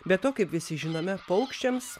be to kaip visi žinome paukščiams